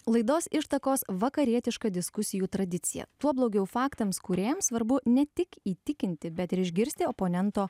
laidos ištakos vakarietiška diskusijų tradicija tuo blogiau faktams kūrėjams svarbu ne tik įtikinti bet ir išgirsti oponento